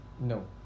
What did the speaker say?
No